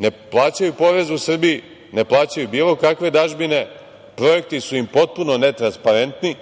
Ne plaćaju porez u Srbiji, ne plaćaju bilo kakve dažbine, projekti su im potpuno netransparentni.